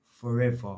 forever